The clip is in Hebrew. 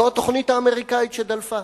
זו התוכנית האמריקנית שדלפה.